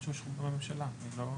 אם הם נמצאים בדיון, אולי